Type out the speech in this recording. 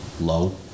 low